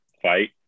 fight